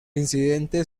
incidente